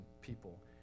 people